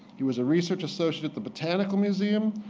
he was a research associate at the botanical museum,